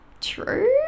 true